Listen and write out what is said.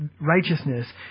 righteousness